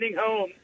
home